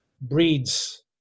breeds